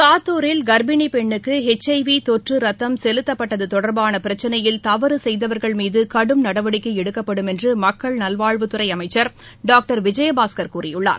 சாத்தூரில் கர்ப்பிணி பெண்ணுக்கு எச்ஐவி தொற்று ரத்தம் செலுத்தப்பட்டது தொடர்பான பிரச்சினையில் தவறு செய்தவர்கள் மீது கடும் நடவடிக்கை எடுக்கப்படும் என்று மக்கள் நல்வாழ்வுத் துறை அமைச்சர் டாக்டர் விஜயபாஸ்கர் கூறியுள்ளார்